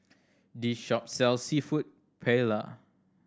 this shop sells Seafood Paella